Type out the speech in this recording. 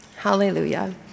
Hallelujah